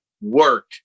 work